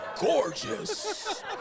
gorgeous